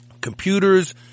computers